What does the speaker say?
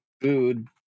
food